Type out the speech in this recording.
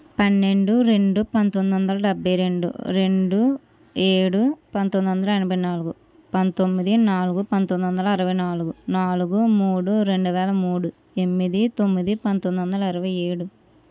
పన్నెండు రెండు పంతొమ్మిది వందల డెబ్బై రెండు రెండు ఏడు పంతొమ్మిది వందల ఎనభై నాలుగు పంతొమ్మిది నాలుగు పంతొమ్మిది వందల అరవై నాలుగు నాలుగు మూడు రెండువేల మూడు ఎనిమిది తొమ్మిది పంతొమ్మిది వందల ఇరవై ఏడు